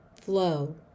flow